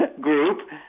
group